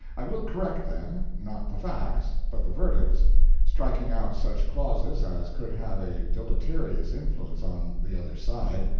i will correct them not the facts, but the verdicts striking out such clauses as could have a deleterious influence on the other side,